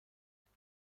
کتاب